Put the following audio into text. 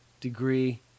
degree